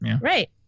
Right